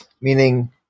meaning